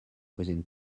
within